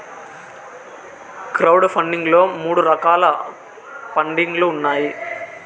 crowd funding లో మూడు రకాల పండింగ్ లు ఉన్నాయి